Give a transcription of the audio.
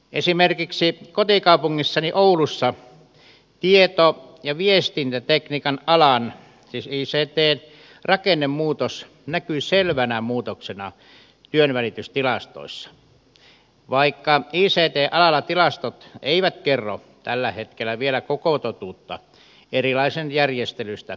esimerkiksi kotikaupungissani oulussa tieto ja viestintätekniikan alan siis ictn rakennemuutos näkyy selvänä muutoksena työnvälitystilastoissa vaikka ict alalla tilastot eivät kerro tällä hetkellä vielä koko totuutta erilaisista järjestelyistä johtuen